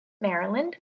Maryland